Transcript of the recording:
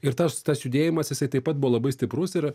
ir tas tas judėjimas jisai taip pat buvo labai stiprus ir